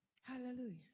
Hallelujah